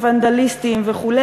ונדליסטים וכו',